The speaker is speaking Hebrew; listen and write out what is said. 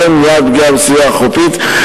לשם מניעת פגיעה בסביבה החופית,